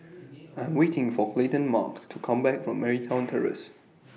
I'm waiting For Coleton to Come Back from Marymount Terrace